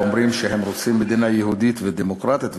ואומרים שהם רוצים מדינה יהודית ודמוקרטית וכו'